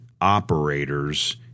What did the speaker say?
operators